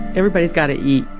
everybody's got to eat,